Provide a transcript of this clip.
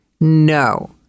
No